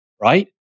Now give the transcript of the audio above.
right